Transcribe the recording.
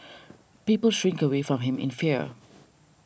people shrink away from him in fear